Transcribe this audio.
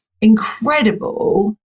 incredible